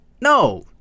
No